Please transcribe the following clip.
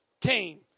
came